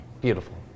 Beautiful